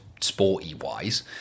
sporty-wise